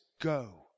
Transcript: go